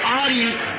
audience